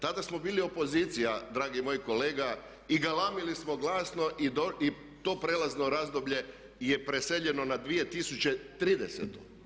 Tada smo bili opozicija dragi moj kolega i galamili smo glasno i to prijelazno razdoblje je preseljeno na 2030.